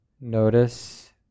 Notice